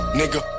nigga